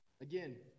Again